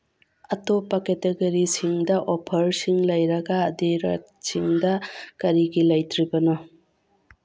ꯑꯇꯣꯞꯄ ꯀꯦꯇꯒꯔꯤꯁꯤꯡꯗ ꯑꯣꯐꯔꯁꯤꯡ ꯂꯩꯔꯒ ꯗꯤꯌꯣꯗꯔꯦꯟꯁꯤꯡꯗ ꯀꯔꯤꯒꯤ ꯂꯩꯇ꯭ꯔꯤꯕꯅꯣ